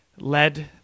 led